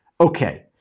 Okay